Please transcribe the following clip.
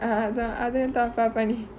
a'ah அதா அதையு தப்பா பன்னி:athaa athaiyu thappa panni